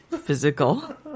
physical